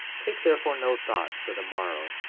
take therefore no thought for the morrow,